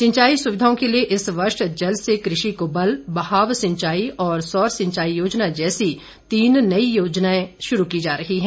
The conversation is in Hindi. सिंचाई सुविधाओं के लिए इस वर्ष जल से कृषि को बल बहाव सिंचाई और सौर सिंचाई योजना जैसी तीन नई सिंचाई योजनाएं शुरू की जा रही हैं